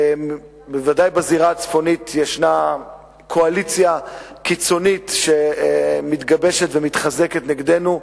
בוודאי בזירה הצפונית יש קואליציה קיצונית שמתגבשת ומתחזקת נגדנו,